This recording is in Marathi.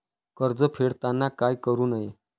कर्ज फेडताना काय करु नये?